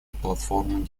платформу